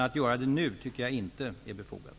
Att göra det nu tycker jag inte är befogat.